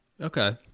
Okay